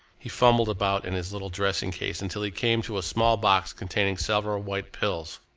he fumbled about in his little dressing-case until he came to a small box containing several white pills.